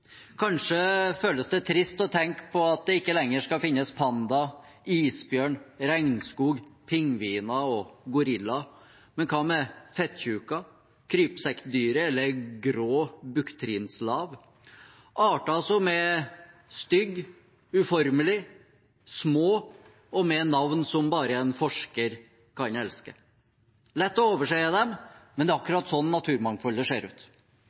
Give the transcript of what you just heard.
Kanskje føles det trist å tenke på at det ikke lenger skal finnes pandaer, isbjørn, regnskog, pingviner og gorillaer. Men hva med fettkjuka, krypsekkdyret eller grå buktkrinslav – arter som er stygge, uformelige, små og med navn som bare en forsker kan elske. Det er lett å overse dem, men det er akkurat sånn naturmangfoldet ser ut.